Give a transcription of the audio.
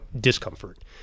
discomfort